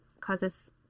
causes